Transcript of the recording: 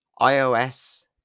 iOS